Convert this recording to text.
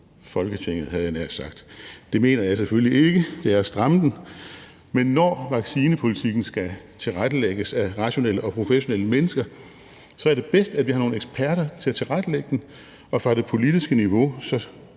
Folketinget, havde jeg nær sagt. Det mener jeg selvfølgelig ikke, det er at stramme den, men når vaccinepolitikken skal tilrettelægges af rationelle og professionelle mennesker, er det bedst, at vi har nogle eksperter til at tilrettelægge den, og fra det politiske niveau